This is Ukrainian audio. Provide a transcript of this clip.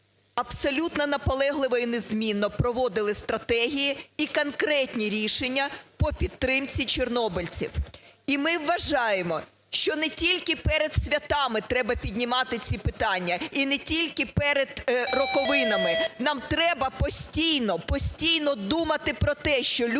абсолютно наполегливо і незмінно проводили стратегії, конкретні рішення по підтримці чорнобильців. І ми вважаємо, що не тільки перед святами треба піднімати ці питання і не тільки перед роковинами, нам треба постійно, постійно думати про те, що люди